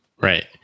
Right